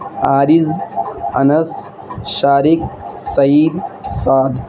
Aariz Anas Shariq Saeed Saad